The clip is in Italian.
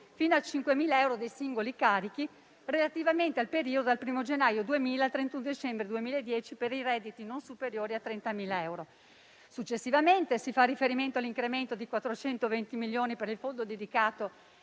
fino a 5.000 euro dei singoli carichi relativamente al periodo dal primo gennaio 2000 al 31 settembre 2010 per i redditi non superiori a 30.000. Successivamente si fa riferimento all'incremento di 420 milioni per il fondo dedicato